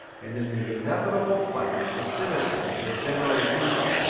and in the inevitable fights the citizens were generally beaten.